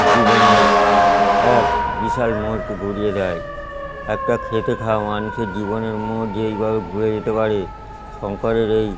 জীবনের এক বিশাল মোড়কে ঘুরিয়ে দেয় একটা খেটে খাওয়া মানুষের জীবনের মোড় যে এইভাবে ঘুরে যেতে পারে শঙ্করের এই